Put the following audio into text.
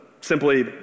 simply